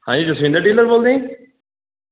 ਹਾਂਜੀ ਜਸਵਿੰਦਰ ਡੀਲਰ ਬੋਲ਼ਦੇ ਹੋ